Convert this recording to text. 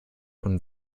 und